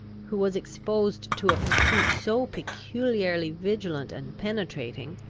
who was exposed to a pursuit so peculiarly vigilant and penetrating,